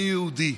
אני יהודי.